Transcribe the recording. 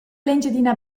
l’engiadina